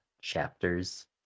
chapters